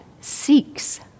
seeks